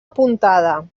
apuntada